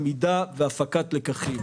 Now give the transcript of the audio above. למידה והפקת לקחים.